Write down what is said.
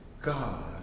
God